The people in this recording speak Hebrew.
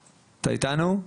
בבקשה.